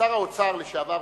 שר האוצר לשעבר,